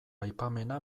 aipamena